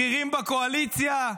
בכירים בקואליציה,